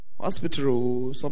hospital